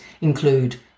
include